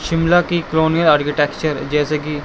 شملہ کی colonial architecture جیسے کہ